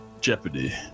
jeopardy